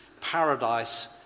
Paradise